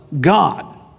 God